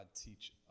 teach